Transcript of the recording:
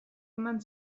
eman